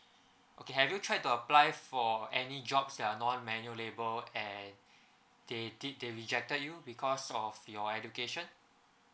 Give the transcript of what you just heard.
okay have you tried to apply for any jobs that are non manual labour and they did they rejected you because of your education